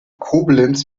koblenz